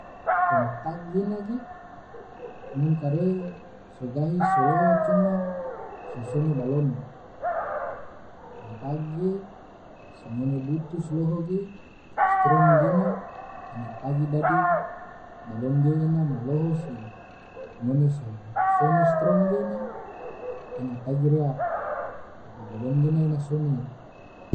kontak gena ge ngom kare so gahi so loho coma so sone balon. kontak ge si ngone butu so loho ge strom ge ena tagi dadi bolon ena loho si ngone so sone strom gena ena tagi rea dadi bolon gena ena sone.